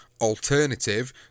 alternative